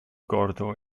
gordo